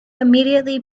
immediately